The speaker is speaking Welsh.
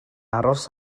aros